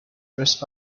dress